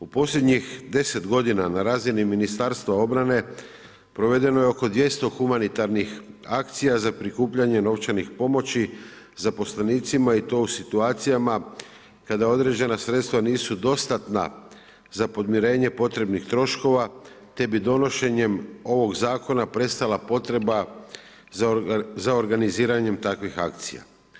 U posljednjih deset godina na razini Ministarstva obrane provedeno je oko 200 humanitarnih akcija za prikupljanjem novčanih pomoći zaposlenicima i to u situacijama kada određena sredstva nisu dostatna za podmirenje potrebnih troškova te bi donošenjem ovog zakona prestala potreba za organiziranjem takvih akcija.